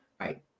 Right